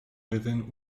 within